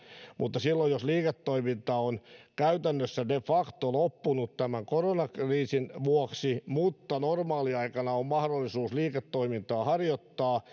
silloin jos liiketoiminta on käytännössä de facto loppunut tämän koronakriisin vuoksi mutta normaaliaikana on mahdollisuus liiketoimintaa harjoittaa